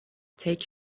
take